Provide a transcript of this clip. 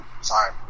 sorry